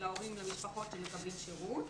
להורים ולמשפחות שמקבלים שירות.